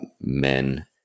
men